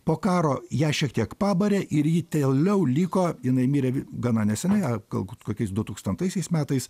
po karo ją šiek tiek pabarė ir ji tieliau liko jinai mirė gana neseniai a galgūt kokiais dutūkstantaisiais metais